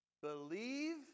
believe